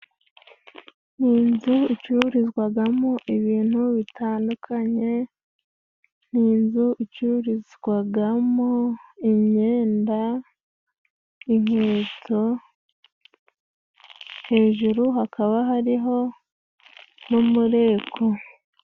Ni inzu icururizwagamo ibintu bitandukanye , ni inzu icururizwagamo:imyenda , inkweto hejuru hakaba hariho n' umureko.